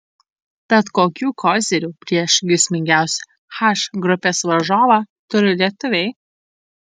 tad kokių kozirių prieš grėsmingiausią h grupės varžovą turi lietuviai